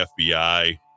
FBI